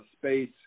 space